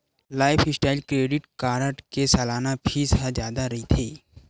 lifestyle credit card के सलाना fees ह जादा रहिथे